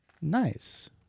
Nice